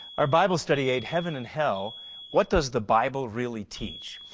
our bible study aid heaven and hell what does the bible really teach?